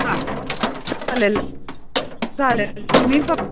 हां चालेल चालेल तुम्ही फक्